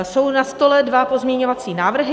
Jsou na stole dva pozměňovací návrhy.